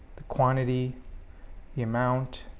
the quantity the amount